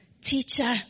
teacher